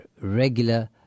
regular